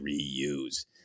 reuse